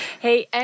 Hey